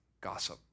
gossip